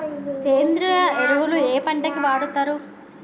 సేంద్రీయ ఎరువులు ఏ పంట కి వాడుతరు?